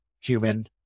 Human